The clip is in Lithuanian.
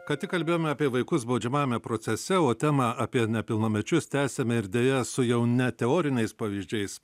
ką tik kalbėjome apie vaikus baudžiamajame procese o temą apie nepilnamečius tęsiame ir deja su jau ne teoriniais pavyzdžiais